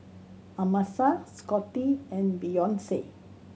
Amasa Scottie and Beyonce